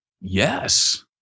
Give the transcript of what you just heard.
yes